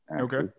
okay